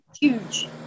huge